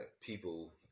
people